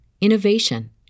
innovation